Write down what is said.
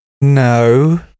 No